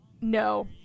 No